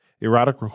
Erotic